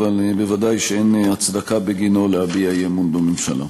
אבל בוודאי אין הצדקה בגינו להביע אי-אמון בממשלה.